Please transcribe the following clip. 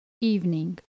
evening